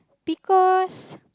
because